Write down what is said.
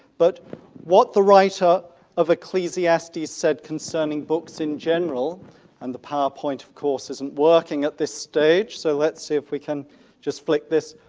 but what the writer of ecclesiastes said concerning books in general and the powerpoint of course isn't working at this stage so let's see if we can just flick this.